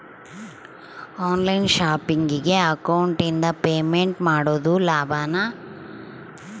On line ಶಾಪಿಂಗಿಗೆ ಅಕೌಂಟಿಂದ payment ಮಾಡೋದು ಲಾಭಾನ?